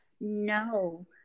No